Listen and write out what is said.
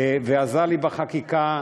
ועזר לי בחקיקה.